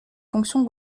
fonctions